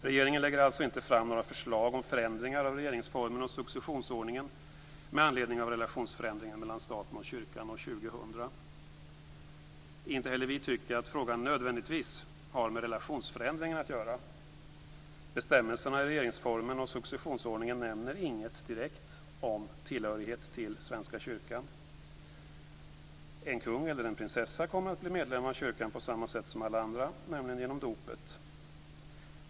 Regeringen lägger alltså inte fram några förslag om förändringar av regeringsformen och successionsordningen med anledning av relationsförändringen mellan staten och kyrkan år 2000. Inte heller vi tycker att frågan nödvändigtvis har med relationsförändringen att göra. Bestämmelserna i RF och successionsordningen nämner inget direkt om tillhörighet till Svenska kyrkan. En kung eller en prinsessa kommer att bli medlem av kyrkan på samma sätt som alla andra, nämligen genom dopet.